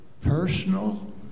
personal